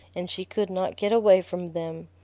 and she could not get away from them.